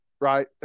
right